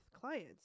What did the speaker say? clients